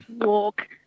walk